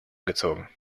gezogen